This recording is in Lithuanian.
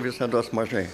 visados mažai